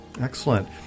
Excellent